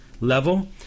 level